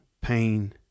pain